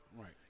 Right